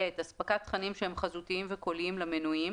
(ב)אספקת תכנים שהם חזותיים וקוליים, למנויים,